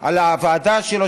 על הוועדה שלו,